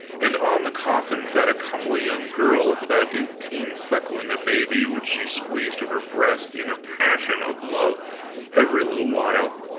and on the coffin sat a comely young girl of about eighteen suckling a baby, which she squeezed to her breast in a passion of love every little while,